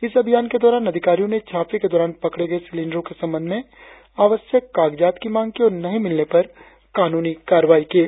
इस अभियान के दौरान अधिकारियों ने छापे के दौरान पकड़े गए सिलिंडरो के संबंध में आवश्यक कागजात की मांग की और नही मिलने पर कानूनी कार्रवाई की गई है